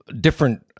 different